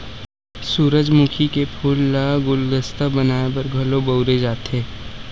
सूरजमुखी के फूल ल गुलदस्ता बनाय बर घलो बउरे जाथे